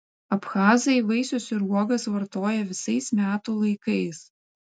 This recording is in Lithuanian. abchazai vaisius ir uogas vartoja visais metų laikais